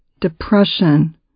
depression